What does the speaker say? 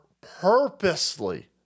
purposely